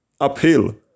Uphill